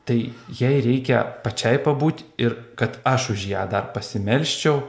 tai jai reikia pačiai pabūt ir kad aš už ją dar pasimelsčiau